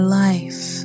life